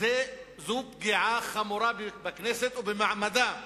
שזאת פגיעה חמורה בכנסת ובמעמדה.